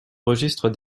registre